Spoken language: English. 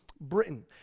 Britain